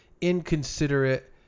inconsiderate